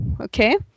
okay